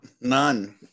None